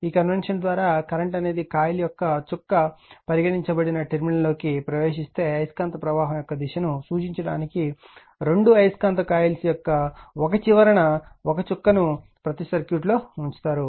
ఈ కన్వెన్షన్ ద్వారా కరెంట్ అనేది కాయిల్ యొక్క చుక్క పరిగణించబడిన టెర్మినల్లోకి ప్రవేశిస్తే అయస్కాంత ప్రవాహం యొక్క దిశను సూచించడానికి రెండు అయస్కాంత కాయిల్స్ యొక్క ఒక చివరన చుక్కను ప్రతి సర్క్యూట్లో ఉంచుతారు